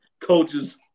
Coaches